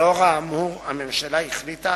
לאור האמור, הממשלה החליטה